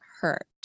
hurt